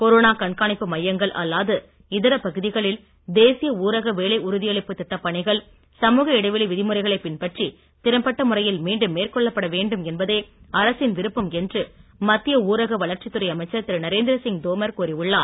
corona கண்காணிப்பு மையங்கள் அல்லாது இதர பகுதிகளில் தேசிய ஊரக வேலை உறுதியளிப்பு திட்டப் பணிகள் சமூக இடைவெளி விதிமுறைகளைப் பின்பற்றி திறம்பட்ட முறையில் மீண்டும் மேற்கொள்ளப்பட வேண்டும் என்பதே அரசின் விருப்பம் என்று மத்திய ஊரக வளர்ச்சித் துறை அமைச்சர் திரு நரேந்திரசிங் தோமர் கூறி உள்ளார்